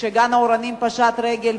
כש"גן אורנים" פשט רגל,